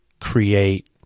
create